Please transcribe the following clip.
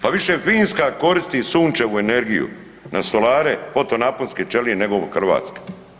Pa više Finska koristi sunčevu energiju na solare, fotonaponske čelije nego Hrvatska.